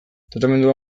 tratamendua